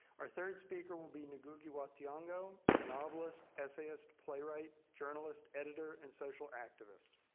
our third speaker will be ngugi wa thiong'o, a novelist, essayist, playwright, journalist, editor, and social activist.